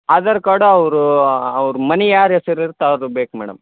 Aadhaar card ಅವರು ಅವ್ರ ಮನೆ ಯಾರ ಹೆಸರು ಇರತ್ತೆ ಅವ್ರ್ದು ಬೇಕು ಮೇಡಮ್